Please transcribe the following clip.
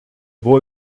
boy